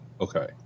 Okay